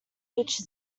each